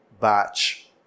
batch